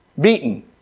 Beaten